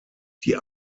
die